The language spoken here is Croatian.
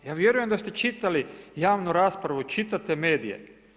Ja vjerujem da ste čitali javnu raspravu, čitate medije.